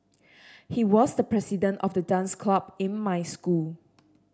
he was the president of the dance club in my school